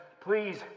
please